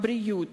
הבריאות